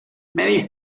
many